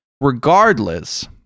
Regardless